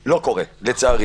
זה לא קורה לצערי.